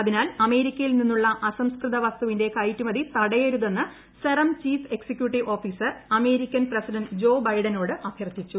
അതിനാൽ അമേരിക്കയിൽ നിന്നുള്ള അസംസ്കൃത വസ്തുവിന്റെ കയറ്റുമതി തടയരുതെന്ന് Serum chief executive American president officer Joe ബൈഡനോട് അഭ്യർത്ഥിച്ചു